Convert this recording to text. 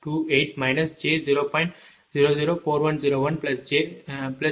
004130